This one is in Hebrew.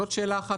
זאת שאלה אחת,